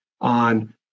on